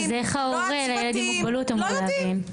אז איך הורה לילד עם מוגבלות אמור להבין?